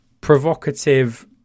provocative